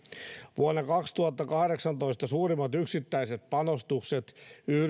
vuonna kaksituhattakahdeksantoista suurimmat yksittäiset panostukset